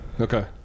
Okay